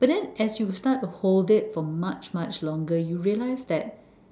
but then as you start to hold it for much much longer you realize that